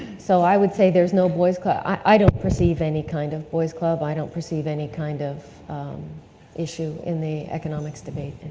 so i would say there's no boys club, i don't perceive any kind of boys club, i don't perceive any kind of issue in the economics debate.